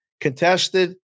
contested